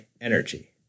energy